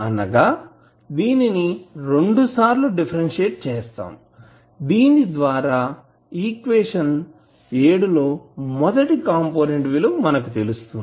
అనగా దీనిని రెండు సార్లు డిఫరెన్షియేట్ చేస్తాము దీని ద్వారా ఈక్వేషన్ లో మొదటి కంపోనెంట్ విలువ వస్తుంది